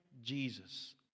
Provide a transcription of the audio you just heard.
Jesus